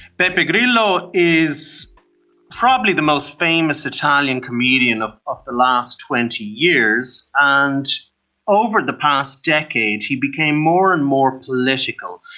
beppe grillo is probably the most famous italian comedian of of the last twenty years, and over the past decade he became more and more political.